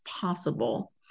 possible